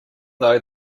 though